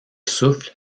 souffle